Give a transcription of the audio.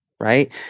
Right